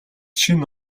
шинэ